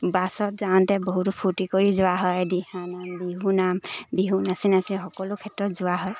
বাছত যাওঁতে বহুতো ফূৰ্তি কৰি যোৱা হয় দিহানাম বিহু নাম বিহু নাচি নাচি সকলো ক্ষেত্ৰত যোৱা হয়